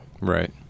right